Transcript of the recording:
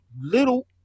little